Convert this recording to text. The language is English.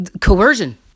coercion